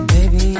Baby